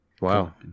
Wow